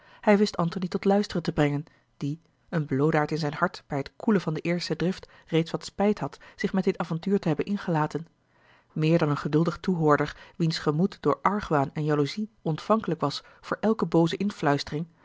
hij wist antony tot luisteren te brengen die een bloodaard in zijn hart bij het koelen van de eerste drift reeds wat spijt had zich met dit avontuur te hebben ingelaten meer dan een geduldig toehoorder wiens gemoed door argwaan en jaloezie ontvankelijk was voor elke booze influistering